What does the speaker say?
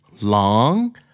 long